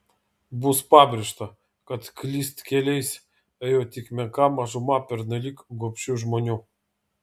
bus pabrėžta kad klystkeliais ėjo tik menka mažuma pernelyg gobšių žmonių